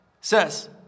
says